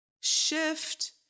shift